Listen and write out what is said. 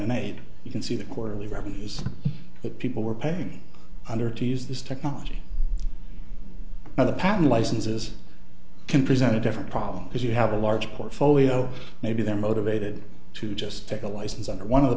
eight you can see the quarterly revenues that people were paying under to use this technology now the patent licenses can present a different problem because you have a large portfolio maybe they're motivated to just take a license under one of the